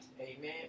Amen